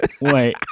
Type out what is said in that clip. wait